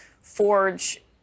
forge